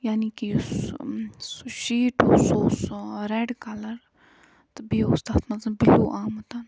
یعنے کہِ یُس سُہ سُہ شیٖٹ یُس اوس سُہ ریڈ کَلر تہٕ بیٚیہِ اوس تَتھ منٛز بِلوٗ آمُت